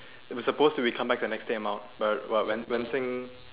it was supposed to be we come back the next day mah but Wen-Xing